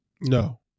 No